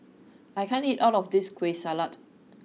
I can't eat all of this kueh salat